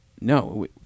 no